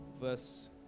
verse